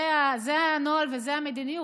זה הנוהל וזאת המדיניות.